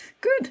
good